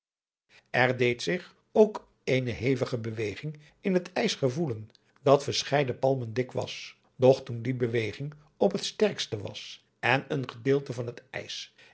deed zich ook eene havige beweging in het ijs gevoelen dat verscheide palmen dik was doch toen die beweging op het sterkste was en een gedeelte van het ijs